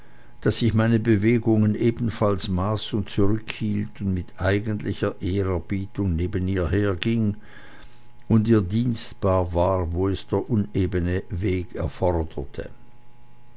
daß ich meine bewegungen ebenfalls maß und zurückhielt und mit eigentlicher ehrerbietung neben ihr herging und ihr dienstbar war wo es der unebene weg erforderte